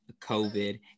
COVID